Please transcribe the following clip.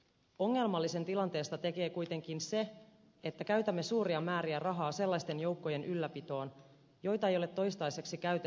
ongelmallisen tilanteesta tekee kuitenkin se että käytämme suuria määriä rahaa sellaisten joukkojen ylläpitoon joita ei ole toistaiseksi käytetty mihinkään